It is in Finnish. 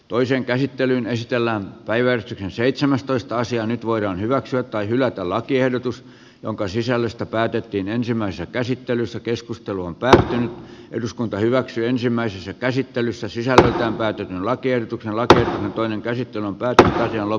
toisen käsittelyn estellään päivän seitsemästoista sija nyt voidaan hyväksyä tai hylätä lakiehdotus jonka sisällöstä päätettiin ensimmäisessä käsittelyssä keskustelun pään eduskunta hyväksyi ensimmäisessä käsittelyssä sisältävä lakiehdotuksen lähtö toinen käsittely on päältä kello